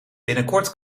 binnenkort